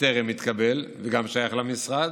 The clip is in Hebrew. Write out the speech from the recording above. שטרם התקבל, וגם הוא שייך למשרד,